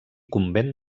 convent